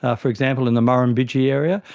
ah for example in the murrumbidgee area,